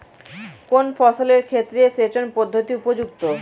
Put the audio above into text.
কোন ফসলের ক্ষেত্রে সেচন পদ্ধতি উপযুক্ত?